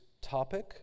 topic